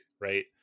right